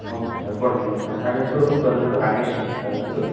okay sir ಕೊಡ್ತೀನಿ sir ನನ್ನ ಹೆಸ್ರು ಬಂದ್ಬಿಟ್ಟು ರಾಕೇಶ್ ಅಂತ ಸರ್ ಹೆಸ್ರು